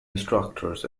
instructors